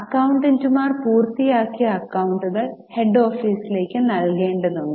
അക്കൌണ്ടന്റുമാർ പൂർത്തിയാക്കിയ അക്കൌണ്ടുകൾ ഹെഡ് ഓഫീസിലേക്ക് നൽകേണ്ടതുണ്ട്